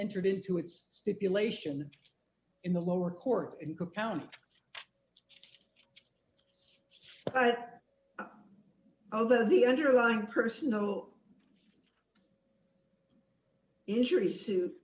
entered into its stipulation in the lower court in cook county that although the underlying personel injury suit